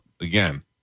again